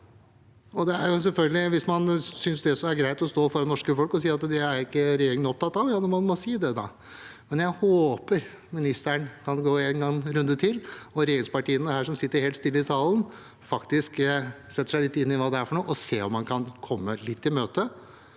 Hvis man synes det er greit å stå foran det norske folk og si at det er ikke regjeringen opptatt av, da må man si det, da. Men jeg håper ministeren kan gå en runde til, og at regjeringspartiene her, som sitter helt stille i salen, faktisk setter seg litt inn i hva dette er for noe, og ser om man kan komme litt i møte.